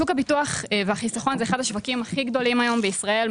שוק הביטוח והחיסכון הוא אחד השווקים הכי גדולים היום בישראל,